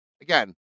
again